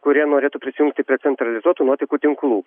kurie norėtų prisijungti prie centralizuotų nuotekų tinklų